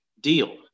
deal